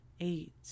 eight